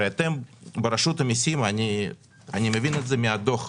הרי אתם ברשות המיסים, אני מבין את זה מהדוח,